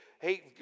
hey